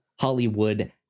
Hollywood